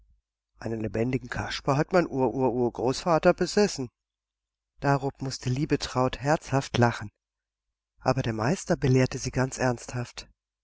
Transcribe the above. einen lebendigen kasper hat mein ur ur urgroßvater besessen darob mußte liebetraut herzhaft lachen aber der meister belehrte sie ganz ernsthaft